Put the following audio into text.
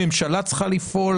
הממשלה צריכה לפעול,